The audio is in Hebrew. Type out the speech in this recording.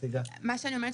מה שאני אומרת,